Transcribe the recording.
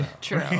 True